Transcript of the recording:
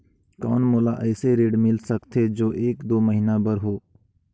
कौन मोला अइसे ऋण मिल सकथे जो एक दो महीना बर हो?